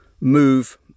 move